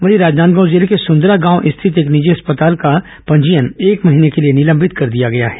वहीं राजनांदगांव जिले के संदरा गांव स्थित एक निजी अस्पताल का पंजीयन एक महीने के लिए निलंबित कर दिया गया है